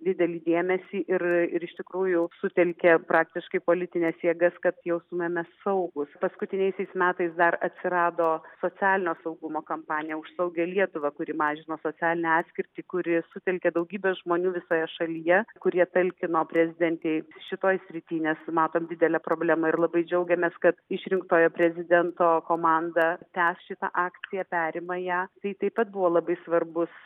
didelį dėmesį ir ir iš tikrųjų sutelkė praktiškai politines jėgas kad jaustumėmės saugūs paskutiniaisiais metais dar atsirado socialinio saugumo kampanija už saugią lietuvą kuri mažino socialinę atskirtį kuri sutelkė daugybę žmonių visoje šalyje kurie talkino prezidentei šitoj srity nes matom didelę problemą ir labai džiaugiamės kad išrinktojo prezidento komanda tęs šitą akciją perima ją tai taip pat buvo labai svarbus